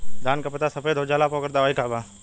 धान के पत्ता सफेद हो जाला ओकर दवाई का बा?